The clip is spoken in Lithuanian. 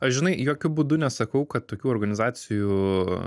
aš žinai jokiu būdu nesakau kad tokių organizacijų